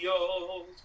old